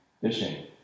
fishing